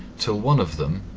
till one of them,